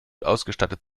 ausgestattet